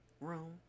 room